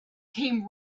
came